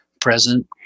present